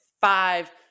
five